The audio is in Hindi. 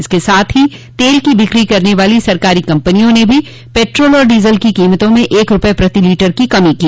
इसके साथ ही तेल की बिक्री करने वाली सरकारी कंपनियों ने भी पेट्रोल और डीजल की कोमतों में एक रूपये प्रति लीटर की कमी की